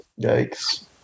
Yikes